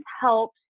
helps